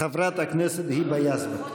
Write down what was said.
חברת הכנסת היבה יזבק.